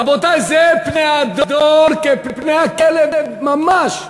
רבותי, זה פני הדור כפני הכלב ממש.